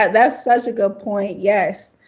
and that's such a good point, yes.